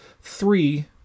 three